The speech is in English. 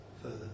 further